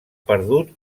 perdut